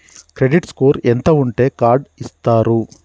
Credit score ఎంత ఉంటే card ఇస్తారు?